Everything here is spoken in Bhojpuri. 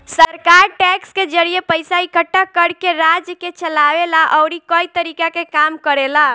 सरकार टैक्स के जरिए पइसा इकट्ठा करके राज्य के चलावे ला अउरी कई तरीका के काम करेला